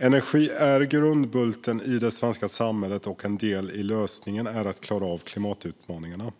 Energi är grundbulten i det svenska samhället och en del i lösningen för att klara av klimatutmaningarna.